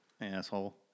Asshole